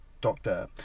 doctor